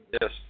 Yes